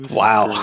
wow